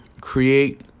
Create